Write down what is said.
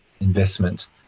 investment